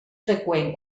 freqüent